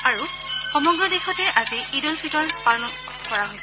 আৰু সমগ্ৰ দেশতে আজি ঈদ উল ফিতৰ পালন কৰা হৈছে